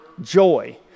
joy